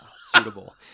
suitable